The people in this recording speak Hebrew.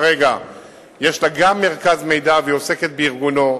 יש לה גם מרכז מידע והיא עוסקת כרגע בארגונו.